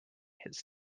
his